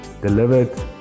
delivered